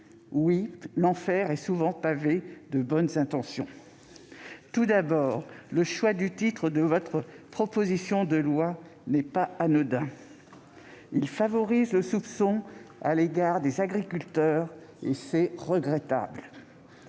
sait, l'enfer est souvent pavé de bonnes intentions ! Tout d'abord, le choix du titre de votre proposition de loi n'est pas anodin. Il favorise le soupçon à l'égard des agriculteurs, ce qui est regrettable.